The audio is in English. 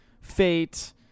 fate